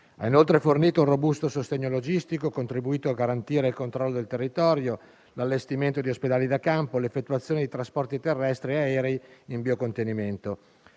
ha inoltre fornito un robusto sostegno logistico, contribuito a garantire il controllo del territorio, l'allestimento di ospedali da campo, l'effettuazione di trasporti terrestri e aerei, invio e contenimento.